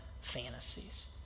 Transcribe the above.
fantasies